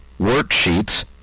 worksheets